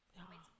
yeah